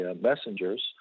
messengers